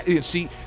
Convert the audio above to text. See